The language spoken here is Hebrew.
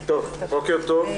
בוקר טוב,